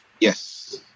Yes